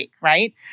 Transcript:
Right